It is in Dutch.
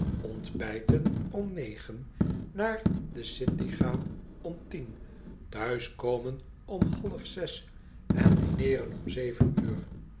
ontbijten om negen naar de city gaan om tien thuiskomen om half zes en dineeren om zeven uur